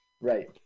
Right